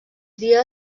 dia